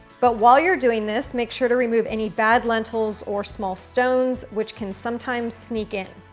but while you're doing this, make sure to remove any bad lentils or small stones, which can sometimes sneak in.